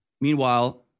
Meanwhile